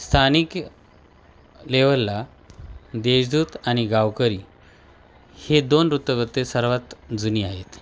स्थानिक लेवलला देशदूत आणि गावकरी हे दोन वृत्तपत्रे सर्वात जुनी आहेत